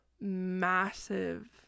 massive